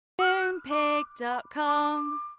Moonpig.com